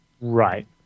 Right